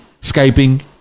Skyping